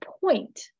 point